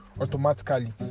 automatically